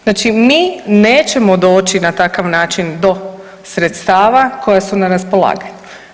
Znači mi nećemo doći na takav način do sredstava koja su na raspolaganju.